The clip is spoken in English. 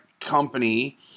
company